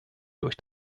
durch